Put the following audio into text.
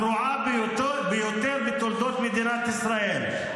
הגרועה ביותר בתולדות מדינת ישראל.